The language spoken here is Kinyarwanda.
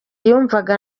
yumvaga